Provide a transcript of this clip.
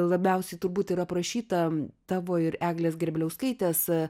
labiausiai turbūt ir aprašytą tavo ir eglės grėbliauskaitės